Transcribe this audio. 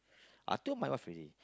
I told my wife already